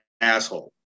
asshole